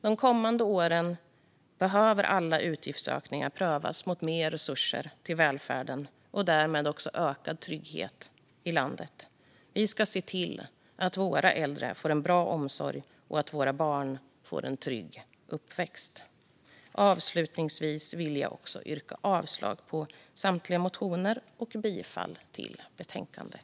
De kommande åren behöver alla utgiftsökningar prövas mot mer resurser till välfärden och därmed också ökad trygghet i landet. Vi ska se till att våra äldre får en bra omsorg och att våra barn får en trygg uppväxt. Avslutningsvis vill jag yrka avslag på samtliga motioner och bifall till förslaget i betänkandet.